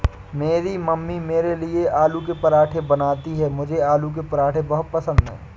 मेरी मम्मी मेरे लिए आलू के पराठे बनाती हैं मुझे आलू के पराठे बहुत पसंद है